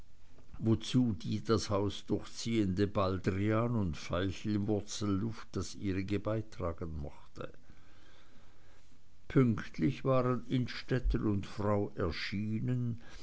wozu die das haus durchziehende baldrian und veilchenwurzelluft das ihrige beitragen mochte pünktlich waren innstetten und frau erschienen